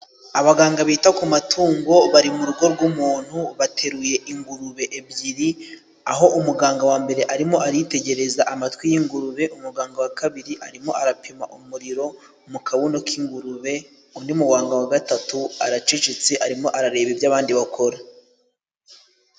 Abaganga bita ku matungo bari mu rugo rw'umuntu bateruye ingurube ebyiri aho umuganga wa mbere arimo aritegereza amatwi y'ingurube, umuganga wa kabiri arimo arapima umuriro mu kabuno k'ingurube, undi muganga wa gatatu aracecetse arimo arareba ibyo abandi bakora.